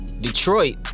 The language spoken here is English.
Detroit